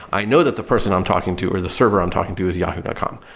i know that the person i'm talking to, or the server i'm talking to is yahoo dot com.